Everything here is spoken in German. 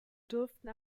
dürften